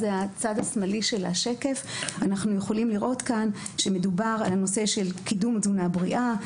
אנחנו יכולים לראות שמדובר על נושא קידום תזונה בריאה,